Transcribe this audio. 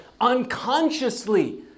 unconsciously